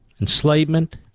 enslavement